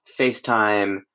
facetime